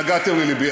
נגעתם ללבי.